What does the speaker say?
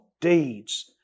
deeds